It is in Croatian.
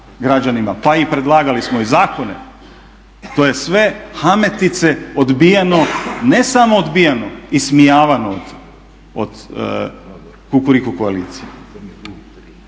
pa i predlagali smo i zakone to je sve hametice odbijeno ne samo odbijeno, ismijavano od Kukuriku koalicije.